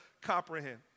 comprehend